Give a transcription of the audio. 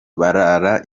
barara